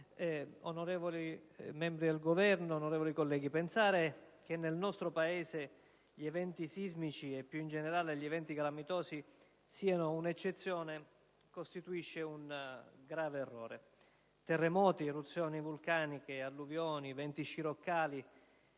onorevoli rappresentanti del Governo, colleghi, pensare che nel nostro Paese gli eventi sismici e, più in generale, gli eventi calamitosi siano un'eccezione, costituisce un grave errore. Terremoti, eruzioni vulcaniche, alluvioni, venti sciroccali